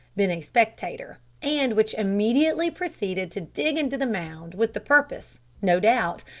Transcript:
been a spectator, and which immediately proceeded to dig into the mound with the purpose, no doubt,